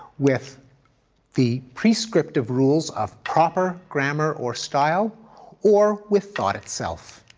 with the prescriptive rules of proper grammar or style or with thought itself.